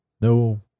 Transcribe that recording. No